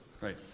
Right